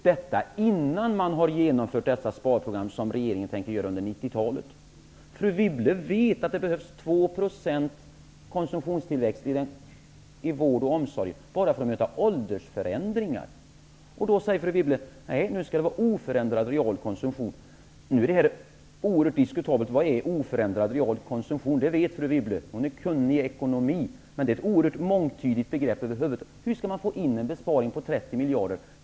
Detta görs innan man har genomfört det sparprogram som regeringen tänker göra under 90 Fru Wibble vet att det, bara för att möta åldersförändringar, behövs 2 % konsumtionstillväxt i vård och omsorg. Då säger fru Wibble att det nu skall vara oförändrad real konsumtion. Detta är mycket diskutabelt. Vad är oförändrad real konsumtion? Det vet fru Wibble. Hon är kunnig i ekonomi. Men det är över huvud taget ett oerhört mångtydigt begrepp. Hur skall man få in en besparing på 30 miljarder?